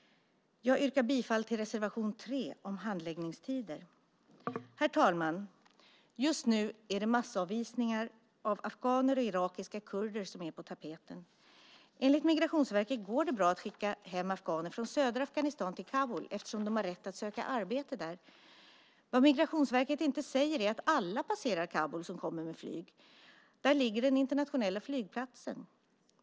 Jag yrkar bifall till reservation 3 om handläggningstider. Herr talman! Just nu är det massavvisningar av afghaner och irakiska kurder som är på tapeten. Enligt Migrationsverket går det bra att skicka hem afghaner från södra Afghanistan till Kabul eftersom de har rätt att söka arbete där. Vad Migrationsverket inte säger är att alla passerar Kabul som kommer med flyg. Där ligger den internationella flygplatsen.